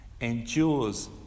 endures